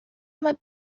become